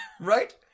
Right